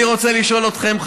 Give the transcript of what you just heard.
אני רוצה לשאול אתכם,